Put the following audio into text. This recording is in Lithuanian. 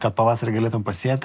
kad pavasarį galėtum pasėt